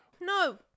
no